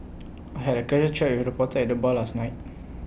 I had A casual chat with A reporter at the bar last night